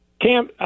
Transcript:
Cam